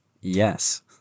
Yes